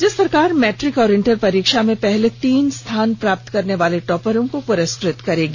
राज्य सरकार मैट्रिक और इंटर परीक्षा में पहले तीन स्थान प्राप्त करने वाले टॉपरों को पुस्कृत करेगी